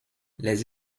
les